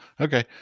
Okay